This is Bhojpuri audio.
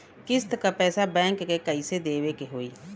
किस्त क पैसा बैंक के कइसे देवे के होई?